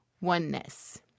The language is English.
oneness